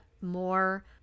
more